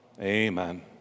Amen